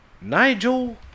Nigel